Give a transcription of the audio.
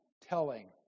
telling